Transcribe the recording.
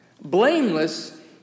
blameless